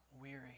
weary